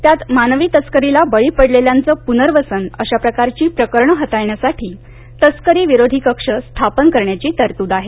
त्यात मानवी तस्करीला बळी पडलेल्यांचं पुनर्वसन आणि अश्या प्रकारची प्रकरणं हाताळण्यासाठीतस्करीविरोधी कक्ष स्थापन करण्याची तरतूद आहे